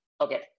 Okay